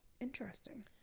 Interesting